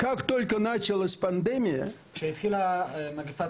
כשהתחילה מגפת